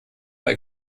bei